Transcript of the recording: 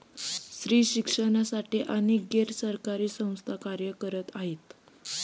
स्त्री शिक्षणासाठी अनेक गैर सरकारी संस्था कार्य करत आहेत